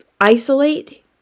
isolate